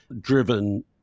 driven